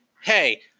hey